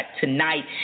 tonight